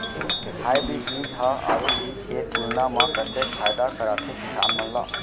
Hybrid बीज हा आरूग बीज के तुलना मा कतेक फायदा कराथे किसान मन ला?